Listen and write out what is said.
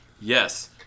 Yes